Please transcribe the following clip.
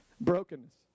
Brokenness